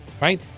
Right